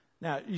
Now